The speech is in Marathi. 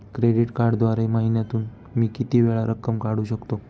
क्रेडिट कार्डद्वारे महिन्यातून मी किती वेळा रक्कम काढू शकतो?